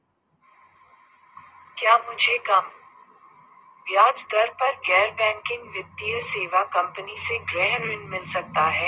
क्या मुझे कम ब्याज दर पर गैर बैंकिंग वित्तीय सेवा कंपनी से गृह ऋण मिल सकता है?